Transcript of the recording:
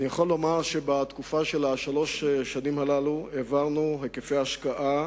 אני יכול לומר שבשלוש השנים האלה העברנו היקפי השקעה